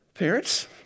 Parents